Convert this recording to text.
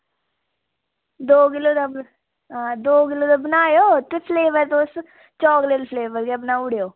दो किलो दा हां दो किलो दा बनाएओ ते फ्लेवर तुस चाकलेट फ्लेवर गै बनाई ओड़ेओ